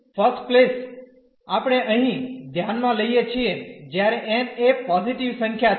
તેથી first place આપણે અહીં ધ્યાનમાં લઈએ છીએ જ્યારે n એ પોઝીટીવ સંખ્યા છે